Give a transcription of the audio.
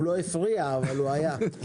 הוא לא הפריע אבל הוא היה.